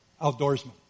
outdoorsman